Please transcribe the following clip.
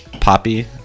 poppy